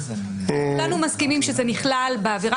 כולנו מסכימים שזה נכלל בעבירה,